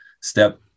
step